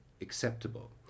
acceptable